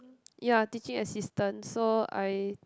ya teaching assistant so I